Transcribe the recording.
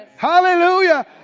Hallelujah